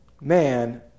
man